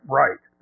right